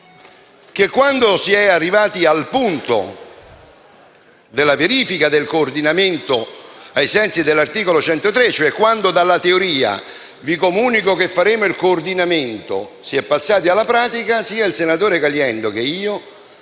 che, quando si è arrivati al punto della verifica del coordinamento ai sensi dell'articolo 103 del Regolamento, e cioè quando dalla teoria - vi comunico che faremo il coordinamento - si è passati alla pratica, sia il senatore Caliendo che io